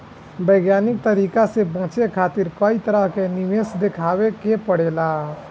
वैज्ञानिक तरीका से बचे खातिर कई तरह के निवेश देखावे के पड़ेला